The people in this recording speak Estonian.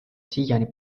siiani